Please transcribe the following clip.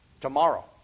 Tomorrow